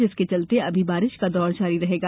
जिसके चलते अभी बारिश का दौर जारी रहेगा